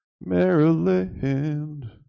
Maryland